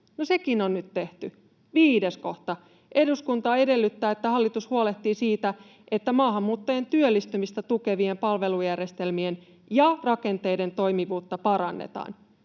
sekin on nyt tehty. Viides kohta: ”Eduskunta edellyttää, että hallitus huolehtii siitä, että maahanmuuttajien työllistymistä tukevien palvelujärjestelmien ja -rakenteiden toimivuutta parannetaan.”